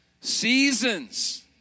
seasons